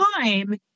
time